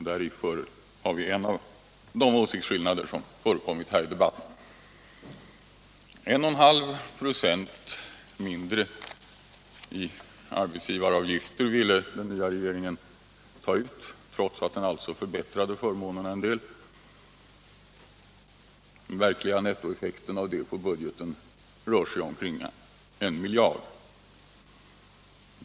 Däri har vi en av de åsiktsskillnader som förekommit här i debatten. Den nya regeringen ville ta ut 1 1/2 96 mindre i arbetsgivaravgifter trots att den förbättrade förmånerna en del. Den verkliga nettoeffekten av detta på budgeten rör sig omkring 1 miljard.